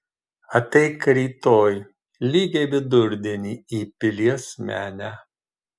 ateik rytoj lygiai vidurdienį į pilies menę